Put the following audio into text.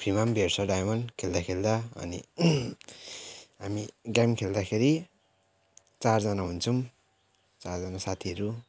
फ्रिमा भेट्छ डायमन्ड खेल्दा खेल्दा अनि हामी गेम खेल्दाखेरि चारजना हुन्छौँ चारजना साथीहरू